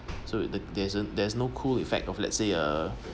so there's there's no cool effect of let's say uh